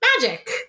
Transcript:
magic